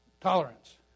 Tolerance